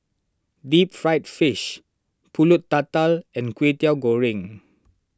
Deep Fried Fish Pulut Tatal and Kwetiau Goreng